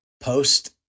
post